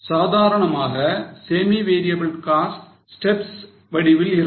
சாதாரணமாக semi variable cost steps வடிவில் இருக்கும்